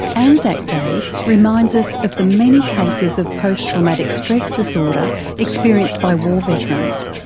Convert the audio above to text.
anzac day reminds us of the many cases of post-traumatic stress disorder experienced by war veterans.